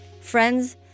Friends